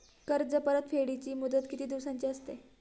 कर्ज परतफेडीची मुदत किती दिवसांची असते?